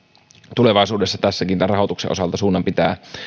tulevaisuudessa tässäkin rahoituksen osalta suunnan pitää